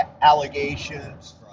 allegations